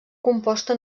composta